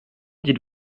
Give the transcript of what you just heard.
dites